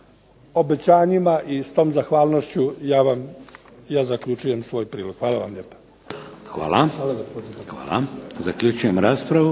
obećanjima i s tom zahvalnošću ja zaključujem svoj prilog. Hvala vam lijepa. **Šeks, Vladimir (HDZ)** Hvala. Zaključujem raspravu.